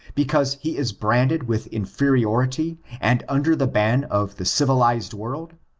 because he is branded with inferiority, and under the ban of the civilized world?